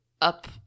up